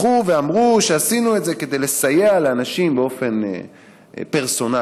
הלכו ואמרו שעשינו את זה כדי לסייע לאנשים באופן פרסונלי,